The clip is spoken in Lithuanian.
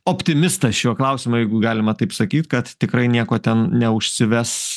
optimistas šiuo klausimu jeigu galima taip sakyt kad tikrai nieko ten neužsives